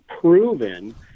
proven